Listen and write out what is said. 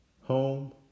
home